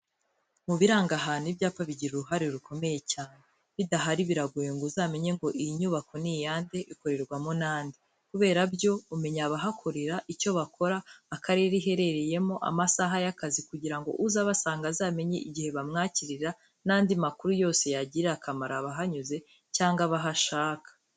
Mu biranga ahantu ibyapa bigira uruhare rukomeye cyane. Bidahari biragoye ngo uzamenye ngo iyi nyubako ni iyande, ikorerwamo na nde. Kubera byo, umenya abahakorera, icyo bakora, akarere iherereyemo, amasaha y'akazi kugira ngo uza abasanga azamenye igihe bamwakirira, n'andi makuru yose yagirira akamaro abahanyuze cyangwa bahashaka.